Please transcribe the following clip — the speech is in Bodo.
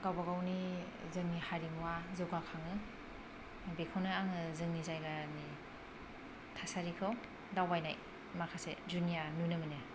गावबागावनि जोंनि हारिमुआ जौगाखाङो बेखौनो आङो जोंनि जायगानि थासारिखौ दावबायनाय माखासे जुनिया नुनो मोनो